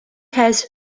has